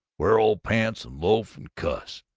wear old pants, and loaf, and cuss.